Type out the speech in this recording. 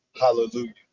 hallelujah